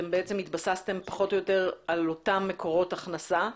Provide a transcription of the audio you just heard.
אתם בעצם התבססתם פחות או יותר על אותם מקורות הכנסה,